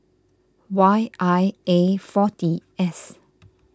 Y I A forty S